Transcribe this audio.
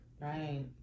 right